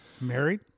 Married